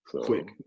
quick